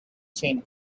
chain